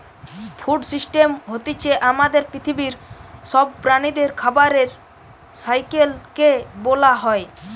food system হতিছে আমাদের পৃথিবীর সব প্রাণীদের খাবারের সাইকেল কে বোলা হয়